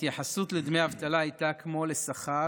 ההתייחסות לדמי אבטלה הייתה כמו לשכר